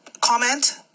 comment